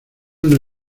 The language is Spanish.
una